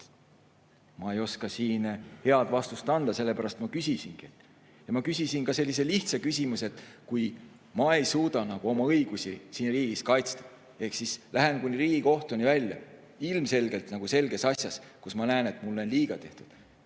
Ma ei oska siin head vastust anda, sellepärast ma küsisingi. Ma küsisin sellise lihtsa küsimuse, et kui ma ei suuda oma õigusi siin riigis kaitsta ehk siis lähen kuni Riigikohtuni välja ilmselgelt selges asjas, kus ma näen, et mulle on liiga tehtud,